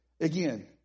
Again